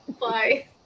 bye